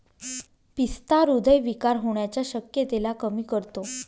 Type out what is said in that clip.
पिस्ता हृदय विकार होण्याच्या शक्यतेला कमी करतो